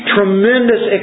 tremendous